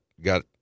got